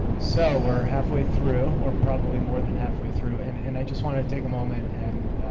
so we're halfway through or probably more than halfway through and and i just want to take a moment and